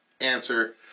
Answer